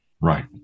Right